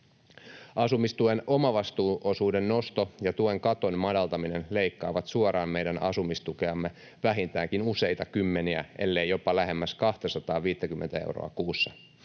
Asumistuen omavastuuosuuden nosto ja tuen katon madaltaminen leikkaavat suoraan meidän asumistukeamme vähintäänkin useita kymmeniä, elleivät jopa lähemmäs 250 euroa kuussa.